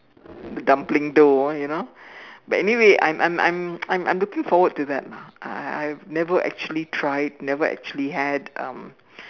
the dumpling dough ah you know but anyway I'm I'm I'm I'm I'm looking forward to that lah I I I've never actually tried never actually had um